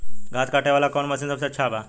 घास काटे वाला कौन मशीन सबसे अच्छा बा?